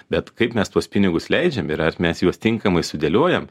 bet kaip mes tuos pinigus leidžiam ir ar mes juos tinkamai sudėliojam